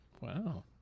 Wow